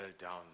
down